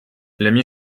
l’ami